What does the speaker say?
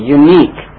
unique